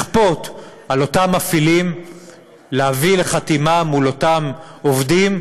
לכפות על אותם מפעילים להביא לחתימה מול אותם עובדים,